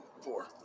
Four